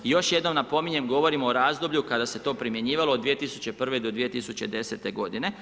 Još jednom napominjem, govorimo o razdoblju kada se to primjenjivalo od 2001. do 2010. godine.